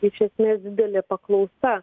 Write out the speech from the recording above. iš esmės didelė paklausa